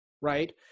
right